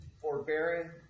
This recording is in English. forbearing